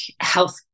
health